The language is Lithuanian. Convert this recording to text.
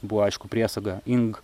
buvo aišku priesaga ing